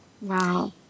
Wow